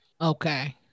Okay